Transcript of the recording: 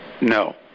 No